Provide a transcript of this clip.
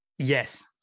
Yes